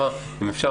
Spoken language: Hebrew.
אפשר?